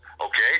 Okay